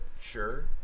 sure